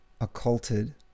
occulted